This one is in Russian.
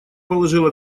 положила